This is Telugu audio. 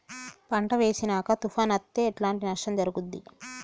పంట వేసినంక తుఫాను అత్తే ఎట్లాంటి నష్టం జరుగుద్ది?